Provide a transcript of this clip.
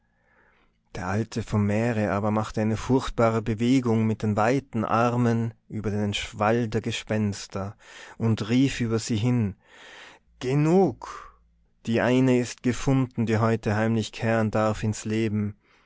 der alte vom meere aber machte eine furchtbare bewegung mit den weiten armen über den schwall der gespenster und rief über sie hin genug die eine ist gefunden die heute heimlich kehren darf ins leben